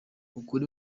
akiri